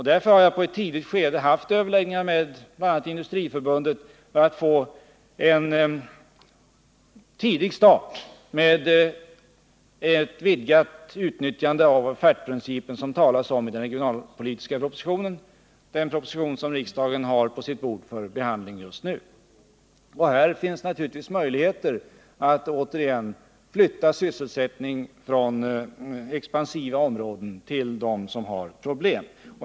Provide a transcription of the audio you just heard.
Därför har jag i ett tidigt skede haft överläggningar bl.a. med Industriförbundet för att få en tidig start när det gäller ett vidgat utnyttjande av offertprincipen, som det talas om i den regionalpolitiska proposition vilken nu ligger på riksdagens bord för behandling. Här finns det naturligtvis möjligheter att återigen flytta sysselsättning från expansiva områden till sådana som har problem.